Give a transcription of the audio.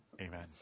Amen